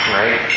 right